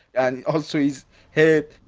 and also his head.